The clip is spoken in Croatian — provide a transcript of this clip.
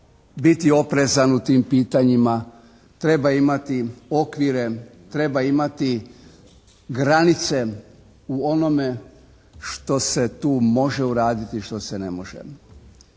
biti oprezan u tim pitanjima, treba imati okvire, treba imati granice u onome što se tu može uraditi, što se ne može.